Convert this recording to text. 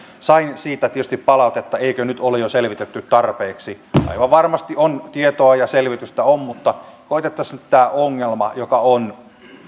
sain siitä tietysti palautetta eikö nyt ole jo selvitetty tarpeeksi aivan varmasti tietoa ja selvitystä on mutta koetettaisiin nyt tämä ongelma joka on